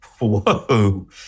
whoa